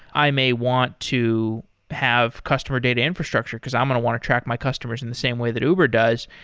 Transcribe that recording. i may want to have customer data infrastructure because i'm going to want to track my customers in the same way that uber does.